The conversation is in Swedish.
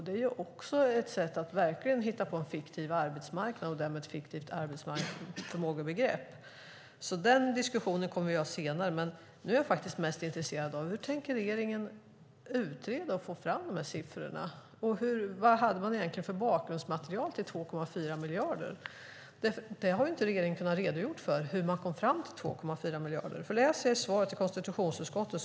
Det är också ett sätt att verkligen hitta på en fiktiv arbetsmarknad och därmed ett fiktivt arbetsförmågebegrepp. Denna diskussion kommer vi att ta senare. Nu är jag mest intresserad av hur regeringen tänker utreda detta och få fram siffrorna. Och vad hade man egentligen för bakgrundsmaterial till 2,4 miljarder? Regeringen har inte kunnat redogöra för hur man kom fram till 2,4 miljarder. Jag läser ur svaret till konstitutionsutskottet.